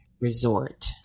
resort